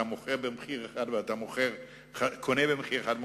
אתה קונה במחיר אחד,